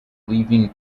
leaving